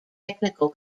technical